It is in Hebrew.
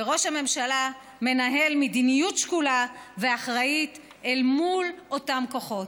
וראש הממשלה מנהל מדיניות שקולה ואחראית אל מול אותם כוחות.